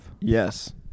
Yes